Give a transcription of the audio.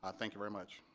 ah thank you very much.